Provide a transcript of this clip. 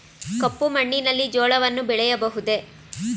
ಕಪ್ಪು ಮಣ್ಣಿನಲ್ಲಿ ಜೋಳವನ್ನು ಬೆಳೆಯಬಹುದೇ?